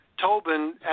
Tobin